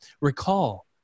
recall